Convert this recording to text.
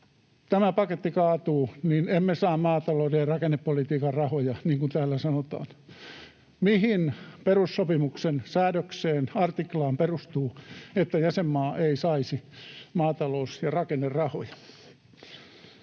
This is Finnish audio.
tämä paketti kaatuu, niin emme saa maatalouden ja rakennepolitiikan rahoja, niin kuin täällä sanotaan? Mihin perussopimuksen artiklaan perustuu, että jäsenmaa ei saisi maatalous- ja rakennerahoja?